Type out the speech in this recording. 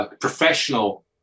professional